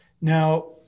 Now